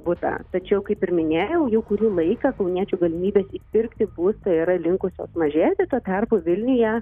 butą tačiau kaip ir minėjau jau kurį laiką kauniečių galimybes įpirkti būstą yra linkusios mažėti tuo tarpu vilniuje